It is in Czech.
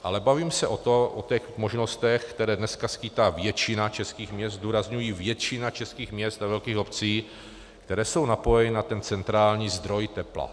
Ale bavím se o těch možnostech, které dneska skýtá většina českých měst, zdůrazňuji většina českých měst a velkých obcí, které jsou napojeny na centrální zdroj tepla.